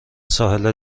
ساحل